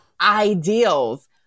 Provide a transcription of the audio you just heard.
ideals